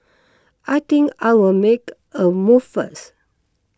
I think I'll make a move first